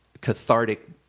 cathartic